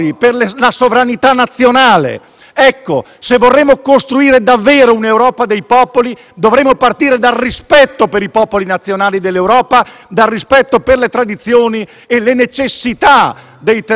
Se vogliamo costruire davvero un'Europa dei popoli, dovremmo partire dal rispetto per i popoli nazionali dell'Europa, dal rispetto per le tradizioni e per le necessità dei territori europei.